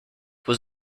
was